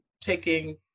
Taking